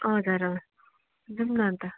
हजुर अँ जाऔँ न अनि त